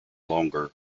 longer